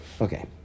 Okay